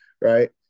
right